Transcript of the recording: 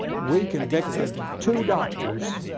we convicted two doctors